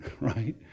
right